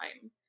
time